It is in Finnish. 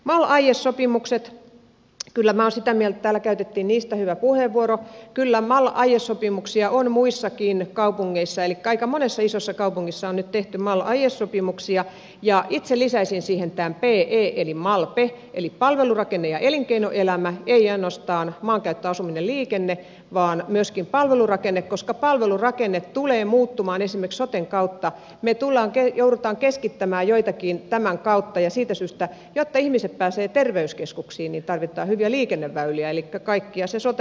mal aiesopimukset ylämaan sitä mihin täällä käytettiin niistä hyvä puheenvuoro kyllä maalla aiesopimuksia on muissakin kaupungeissa eli kaika monessa isossa kaupungissa on nyt tehty mal aiesopimuksia ja itse lisäisin siihen tää ei eli malpe eli palvelurakenne ja elinkeinoelämä ei ainostaan maankäyttö asuminen liikenne vaan myöskin palvelurakenne koska palvelurakenne tulee muuttumaan esim eksoten kautta me tullaankin joudutaan keskittämään joitakin tämän kautta ja siitä syystä että ihmiset pääsee terveyskeskuksiin ja tarvetta hyviä liikenneväyliä elikkä kaikkea se sote